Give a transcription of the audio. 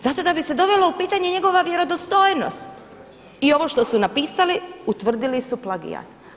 Zato da bi se dovelo u pitanje njegova vjerodostojnost i ovo što su napisali utvrdili su plagijat.